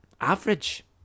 Average